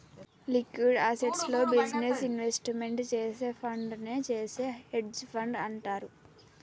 liquid అసెట్స్లో business investment చేసే ఫండునే చేసే హెడ్జ్ ఫండ్ అంటారు